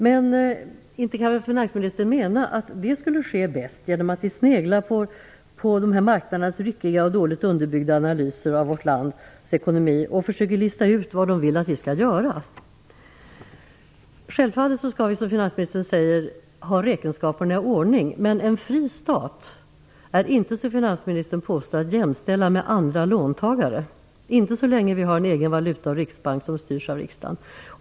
Men finansministern kan väl inte mena att det bäst skulle ske genom att vi sneglar på dessa marknaders ryckiga och dåligt underbyggda analyser av vårt lands ekonomi och försöker lista ut vad de vill att vi skall göra? Vi skall självfallet, som finansministern säger, ha räkenskaperna i ordning, men en fri stat är inte att jämställa med andra låntagare, som finansministern påstår, inte så länge vi har en egen valuta och en riksbank som styrs av riksdagen.